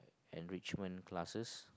enrichment classes